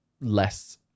less